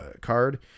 card